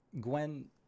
gwen